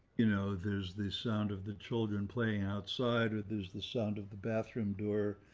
you know, there's the sound of the children playing outside, or there's the sound of the bathroom door,